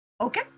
Okay